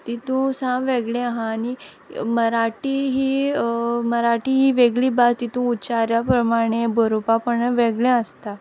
तितूं सामक वेगळें आहा आनी मराठी ही मराठी ही वेगळी भास तितूंत उच्चारा प्रमाणें बुरोवपा पोणा वेगळें आसता